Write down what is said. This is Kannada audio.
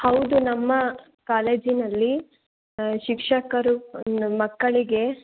ಹೌದು ನಮ್ಮ ಕಾಲೇಜಿನಲ್ಲಿ ಶಿಕ್ಷಕರು ಮಕ್ಕಳಿಗೆ